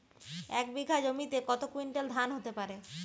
এক বিঘা জমিতে কত কুইন্টাল ধান হতে পারে?